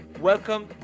Welcome